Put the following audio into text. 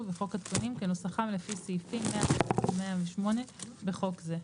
וחוק התקנים כנוסחם לפי סעיפים 107 ו-108 בחוק זה."